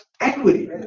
equity